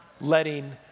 letting